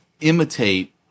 imitate